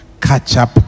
catch-up